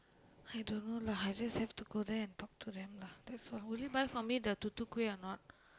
I don't know lah I just have to go there and talk to them lah that's all will buy for me the tutu-kueh or not